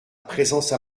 présence